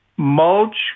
Mulch